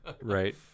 Right